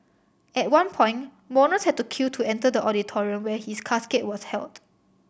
at one point mourners had to queue to enter the auditorium where his casket was held